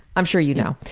i'm sure you know.